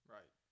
Right